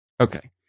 Okay